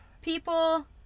people